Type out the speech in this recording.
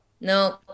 No